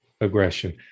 aggression